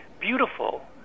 beautiful